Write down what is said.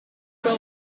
pas